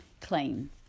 claim